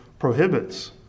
prohibits